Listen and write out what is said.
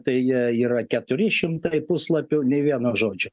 tai jie yra keturi šimtai puslapių nė vieno žodžio